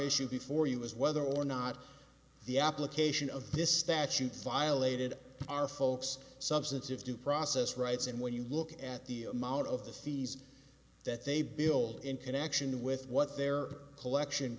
issue before you is whether or not the application of this statute violated our folks substantive due process rights and when you look at the amount of the fees that they build in connection with what their collection